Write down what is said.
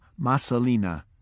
Masalina